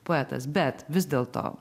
poetas bet vis dėlto